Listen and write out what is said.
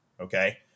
Okay